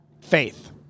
faith